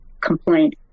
complaint